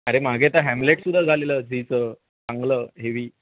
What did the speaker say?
अरे मागे आता हॅमलेटसुद्धा झालेलं झीचं चांगलं हेवी